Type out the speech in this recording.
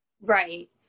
right